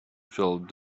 filled